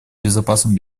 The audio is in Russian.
безопасным